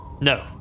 No